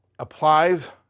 applies